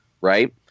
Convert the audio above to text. right